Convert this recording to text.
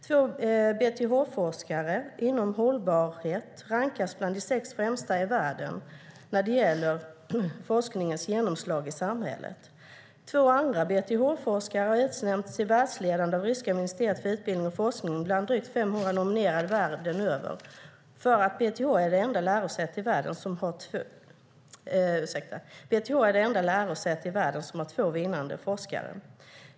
Två BTH-forskare inom hållbarhet rankas bland de sex främsta i världen när det gäller forskningens genomslag i samhället. Två andra BTH-forskare har utnämnts till världsledande av ryska ministeriet för utbildning och forskning bland drygt 500 nominerade världen över. BTH är det enda lärosäte i världen som har två vinnande forskare.